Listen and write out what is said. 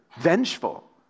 vengeful